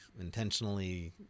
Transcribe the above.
intentionally